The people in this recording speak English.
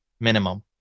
minimum